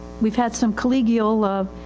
weive had some collegial of, ah,